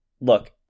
look